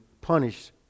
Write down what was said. punish